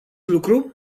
lucru